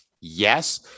Yes